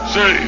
Say